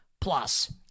Plus